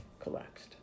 collapsed